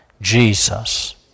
Jesus